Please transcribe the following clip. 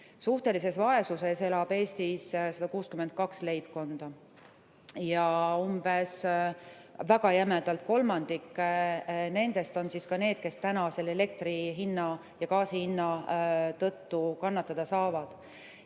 Suhtelises vaesuses elab Eestis 162 leibkonda ja väga jämedalt kolmandik nendest on need, kes selle elektri hinna ja gaasi hinna [tõusu] tõttu kannatada saavad.